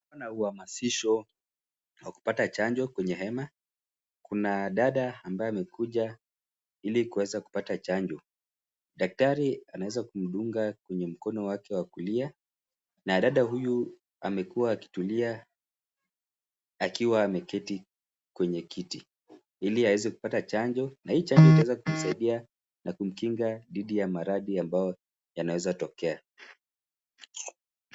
Kuna uhamasisho na kupata chanjo kwenye hema. Kuna dada ambaye amekuja ili kuweza kupata chanjo. Daktari anaweza kumdunga kwenye mkono wake wa kulia, na dada huyu amekuwa akitulia, akiwa ameketi kwenye kiti ili aweza kupata chanjo. Na hii chanjo itaweza kumsaidia na kumkinga dhidi ya maradhi ambayo yanaweza tokea.